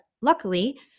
luckily